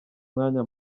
mwanya